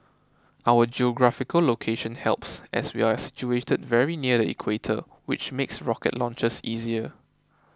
our geographical location helps as we are situated very near the Equator which makes rocket launches easier